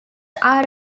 are